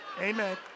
Amen